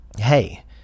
Hey